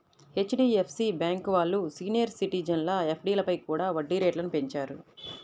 HDFC bank వాళ్ళు senior సిటిజన్ల ఎఫ్డీలపై కూడా వడ్డీ రేట్లను పెంచారు